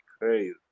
crazy